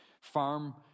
farm